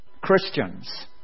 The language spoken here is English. Christians